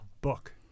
book